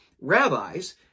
rabbis